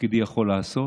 בתפקידי יכול לעשות.